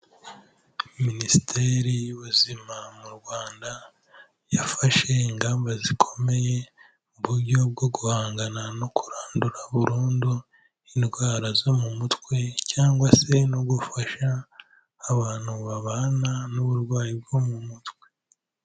Minisiteri y'ubuzima mu Rwanda yafashe ingamba zikomeye mu buryo bwo guhangana no kurandura burundu indwara zo mu mutwe, cyangwa se no gufasha abantu babana n'uburwayi bwo mu mutwe.